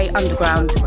underground